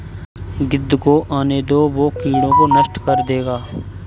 गिद्ध को आने दो, वो कीड़ों को नष्ट कर देगा